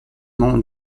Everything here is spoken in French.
membres